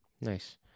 Nice